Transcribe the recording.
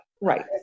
Right